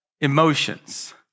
emotions